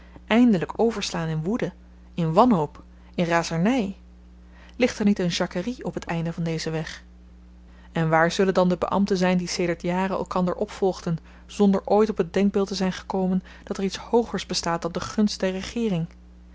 eindelyk overslaan in woede in wanhoop in razerny ligt er niet een jacquerie op t eind van dezen weg en waar zullen dan de beambten zyn die sedert jaren elkander opvolgden zonder ooit op t denkbeeld te zyn gekomen dat er iets hoogers bestaat dan de gunst der regeering